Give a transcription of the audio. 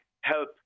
help